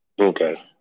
Okay